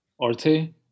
Arte